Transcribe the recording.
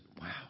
wow